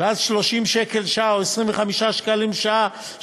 ואז 30 שקל לשעה או 25 שקלים לשעה,